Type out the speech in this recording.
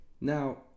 Now